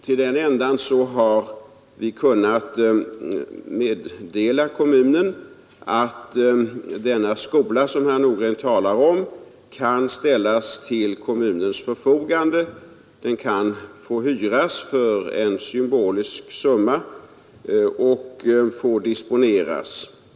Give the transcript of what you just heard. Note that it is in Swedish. Till den ändan har vi meddelat kommunen att den skola, som herr Nordgren talar om, kan ställas till kommunens förfogande — den kan få hyras för en symbolisk summa och får disponeras.